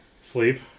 Sleep